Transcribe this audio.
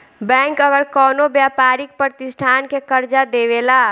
bank अगर कवनो व्यापारिक प्रतिष्ठान के कर्जा देवेला